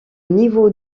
niveau